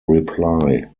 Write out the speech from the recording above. reply